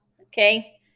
okay